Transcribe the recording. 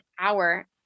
hour